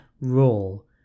role